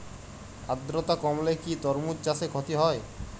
আদ্রর্তা কমলে কি তরমুজ চাষে ক্ষতি হয়?